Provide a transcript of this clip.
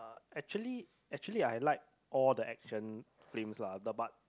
actually actually I like all the action limbs lah the but